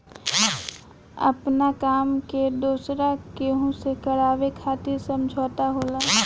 आपना काम के दोसरा केहू से करावे खातिर समझौता होला